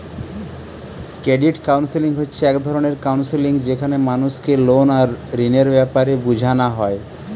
credit counselling হচ্ছে এক রকমের কাউন্সেলিং যেখানে মানুষকে লোন আর ঋণের বেপারে বুঝানা হয়